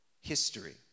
history